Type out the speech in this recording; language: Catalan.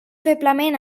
feblement